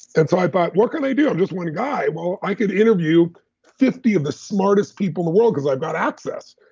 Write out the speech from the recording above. and so i thought, what can i do? i'm just one guy. well, i could interview fifty of the smartest people in the world because i've got access.